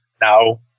now